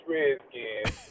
Redskins